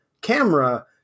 camera